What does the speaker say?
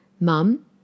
Mum